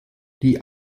die